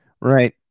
Right